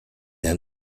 ein